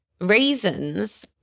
reasons